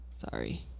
sorry